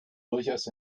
durchaus